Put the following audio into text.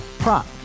Prop